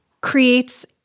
creates